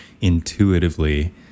intuitively